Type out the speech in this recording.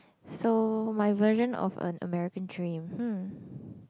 so my version of an American dream hmm